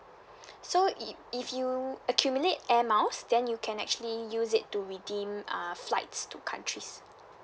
so i~ if you accumulate air miles then you can actually use it to redeem uh flights to countries